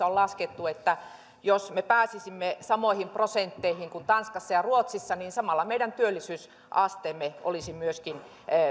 on laskettu että jos me pääsisimme samoihin prosentteihin kuin tanskassa ja ruotsissa niin samalla meidän työllisyysasteemme olisi myöskin